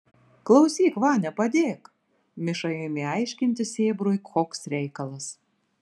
klausyk vania padėk miša ėmė aiškinti sėbrui koks reikalas